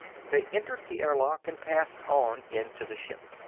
they entered the airlock and passed on into the ship.